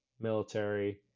military